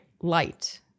light